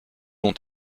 long